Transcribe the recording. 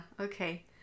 Okay